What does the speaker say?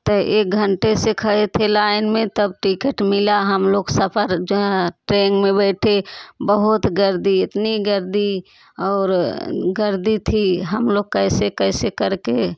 तो एक घंटे से खड़े थे लाइन में तब टिकट मिला हम लोग सफ़र जो हैं ट्रेन में बैठे बहुत गर्दी इतनी गर्दी और गर्दी थी हम लोग कैसे कैसे करके